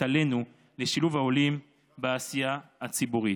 "עלינו" לשילוב העולים בעשייה הציבורית.